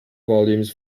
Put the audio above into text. volumes